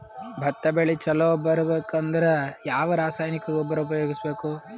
ಭತ್ತ ಬೆಳಿ ಚಲೋ ಬರಬೇಕು ಅಂದ್ರ ಯಾವ ರಾಸಾಯನಿಕ ಗೊಬ್ಬರ ಉಪಯೋಗಿಸ ಬೇಕು?